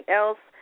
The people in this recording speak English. else